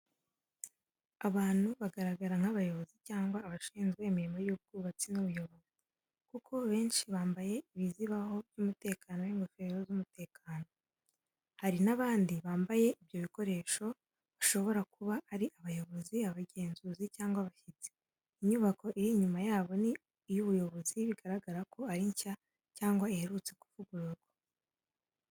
Abantu bagaragara nk’abakozi cyangwa abashinzwe imirimo y’ubwubatsi n’ubuyobozi, kuko benshi bambaye ibizibaho by’umutekano n’ingofero z’umutekano. Hari n’abandi batambaye ibyo bikoresho, bashobora kuba ari abayobozi, abagenzuzi, cyangwa abashyitsi. Inyubako iri inyuma yabo ni iy’ubuyobozi, bigaragara ko ari nshya cyangwa iherutse kuvugururwa.